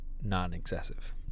non-excessive